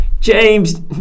James